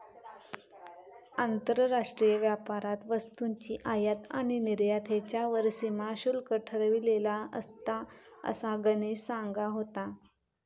आंतरराष्ट्रीय व्यापारात वस्तूंची आयात आणि निर्यात ह्येच्यावर सीमा शुल्क ठरवलेला असता, असा गणेश सांगा होतो